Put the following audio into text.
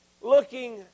looking